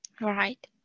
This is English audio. Right